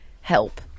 help